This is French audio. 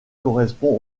correspond